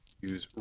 use